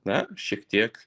na šiek tiek